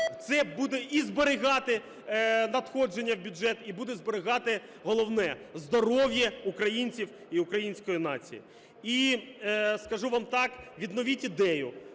Це буде і зберігати надходження в бюджет, і буде зберігати головне - здоров'я українців і української нації. І скажу вам так: відновіть ідею